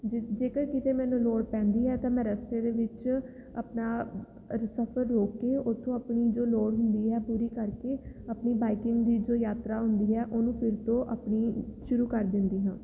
ਜ ਜੇਕਰ ਕਿਤੇ ਮੈਨੂੰ ਲੋੜ ਪੈਂਦੀ ਹੈ ਤਾਂ ਮੈਂ ਰਸਤੇ ਦੇ ਵਿੱਚ ਆਪਣਾ ਸਫਰ ਰੋਕ ਕੇ ਉੱਥੋਂ ਆਪਣੀ ਜੋ ਲੋੜ ਹੁੰਦੀ ਹੈ ਪੂਰੀ ਕਰਕੇ ਆਪਣੀ ਬਾਈਕਿੰਗ ਦੀ ਜੋ ਯਾਤਰਾ ਹੁੰਦੀ ਹੈ ਉਹਨੂੰ ਫਿਰ ਤੋਂ ਆਪਣੀ ਸ਼ੁਰੂ ਕਰ ਦਿੰਦੀ ਹਾਂ